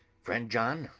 friend john,